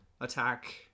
attack